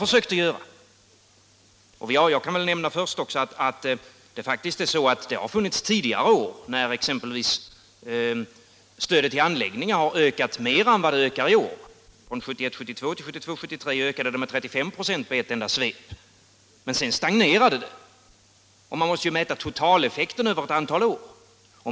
Det har funnits tidigare år när exempelvis stödet till anläggningar har ökat mera än vad det ökar i år. Från 1971 73 ökade det med 35 96 i ett enda svep. Men sedan stagnerade det, och man måste ju mäta totaleffekten över ett antal år.